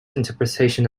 interpretation